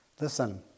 Listen